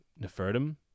Nefertum